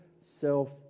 self